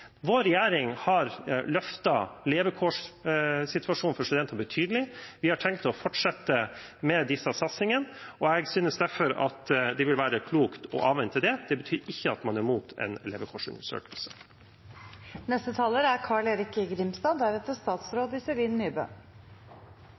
Vår regjering har løftet levekårssituasjonen for studenter betydelig. Vi har tenkt å fortsette med disse satsingene. Jeg synes derfor at det vil være klokt å avvente det. Det betyr ikke at man er imot en levekårsundersøkelse. Det er